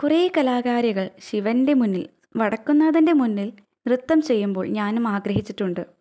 കുറെ കലാകാരികൾ ശിവൻ്റെ മുന്നിൽ വടക്കുന്നാഥൻ്റെ മുന്നിൽ നൃത്തം ചെയ്യുമ്പോൾ ഞാനും ആഗ്രഹിച്ചിട്ടുണ്ട്